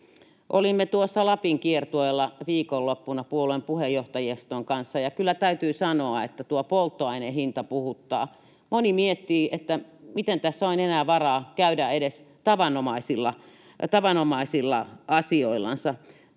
Olimme Lapin-kiertueella viikonloppuna puolueen puheenjohtajiston kanssa, ja kyllä täytyy sanoa, että polttoaineen hinta puhuttaa. Moni miettii, että miten tässä on enää varaa käydä edes tavanomaisilla asioilla.